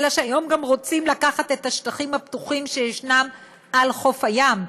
אלא שהיום גם רוצים לקחת את השטחים הפתוחים שיש על חוף הים,